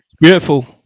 Beautiful